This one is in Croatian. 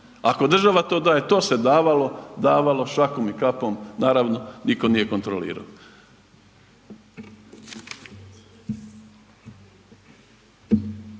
ako država to daje. To se davalo šakom i kapom, naravno niko nije kontrolirao.